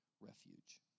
refuge